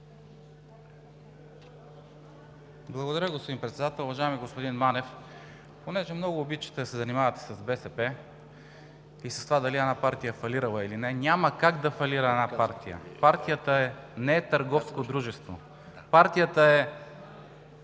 Благодаря, господин Председател. Уважаеми господин Манев, понеже много обичате да се занимавате с БСП и с това дали една партия е фалирала или не, няма как да фалира една партия. Партията не е търговско дружество. Нас ни